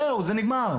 זהו, זה נגמר.